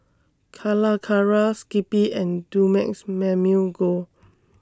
Calacara Skippy and Dumex Mamil Gold